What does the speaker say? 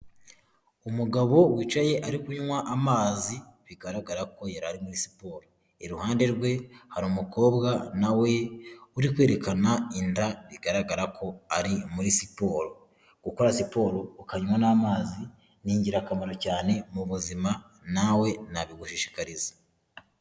Umugabo wicaye ari kunywa amazi bigaragara ko yari ari muri siporo, iruhande rwe hari umukobwa nawe uri kwerekana inda bigaragara ko nawe ari muri siporo gukora siporo ukanywa n'amazi ni ingirakamaro cyane mu buzima nawe nabigushishikariza.